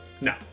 No